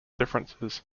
differences